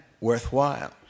worthwhile